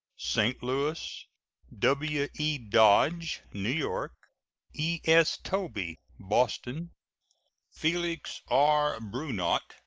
st. louis w e. dodge, new york e s. tobey, boston felix r. brunot,